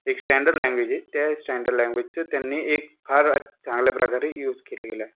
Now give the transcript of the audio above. एक standard language आहे त्या स्टँडर्ड लँग्वेजचं त्यांनी एक फार चांगल्या प्रकारे यूज केलं गेलं आहे